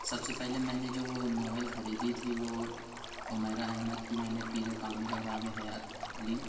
سب سے پہلے میں نے جو ناول خریدی تھی وہ عمیرہ احمد کی میں نے پیرِ کامل اور آبِ حیات لی